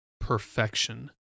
perfection